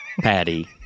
Patty